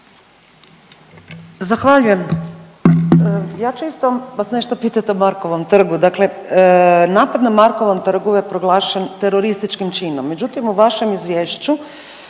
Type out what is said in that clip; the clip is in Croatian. Zahvaljujem. Ja ću isto vas nešto pitati o Markovom trgu. Dakle, napad na Markovom trgu je proglašen terorističkim činom, međutim, u vašem izvješću